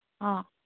ꯑꯥ